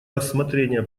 рассмотрения